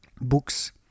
Books